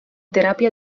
teràpia